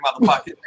motherfucker